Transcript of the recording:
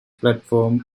platform